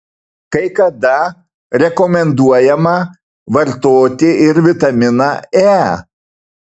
kai kada rekomenduojama vartoti ir vitaminą e